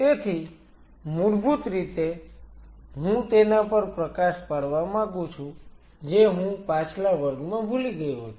તેથી મૂળભૂત રીતે હું તેના પર પ્રકાશ પાડવા માંગુ છું જે હું પાછલા વર્ગમાં ભૂલી ગયો હતો